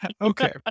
Okay